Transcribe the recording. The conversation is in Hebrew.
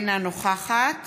אינה נוכחת